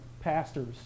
pastors